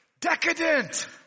decadent